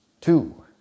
Two